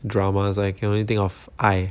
dramas I can only think of 爱